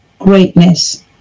greatness